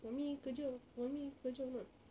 mummy kerja mummy kerja or not